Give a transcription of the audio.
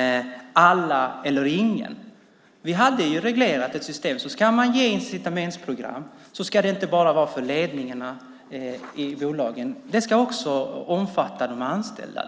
- alla eller ingen. Vi hade reglerat ett system. Om man ska göra incitamentsprogram ska de inte bara vara för ledningarna i bolagen. De ska också omfatta de anställda.